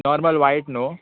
normal white न्हू